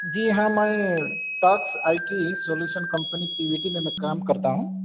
جی ہاں میں Talks I T solution company P V T میں میں کام کرتا ہوں